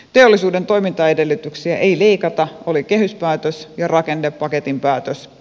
teollisuuden toimintaedellytyksiä ei leikata oli kehyspäätös ja rakennepaketin päätös